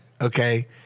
okay